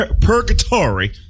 purgatory